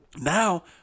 Now